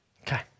Okay